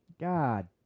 God